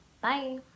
bye